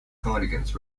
contingents